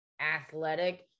athletic